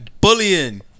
bullying